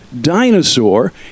dinosaur